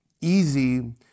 easy